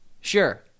sure